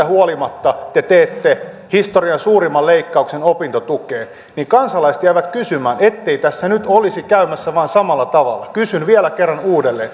huolimatta te teette historian suurimman leikkauksen opintotukeen niin kansalaiset jäävät kysymään ettei tässä nyt vain olisi käymässä samalla tavalla kysyn vielä kerran uudelleen